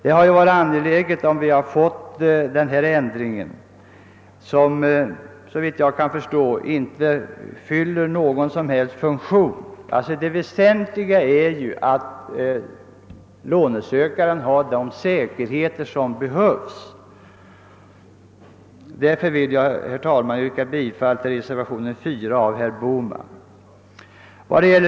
Det vore alltså angeläget med en ändring av den nuvarande bestämmelsen, som såvitt jag förstår inte fyller någon som helst funktion. Det väsentliga är ju att den lånesökande har de säkerheter som behövs. Jag ber, herr talman, att få yrka bifall till reservationen 4 av herr Bohman m.fl.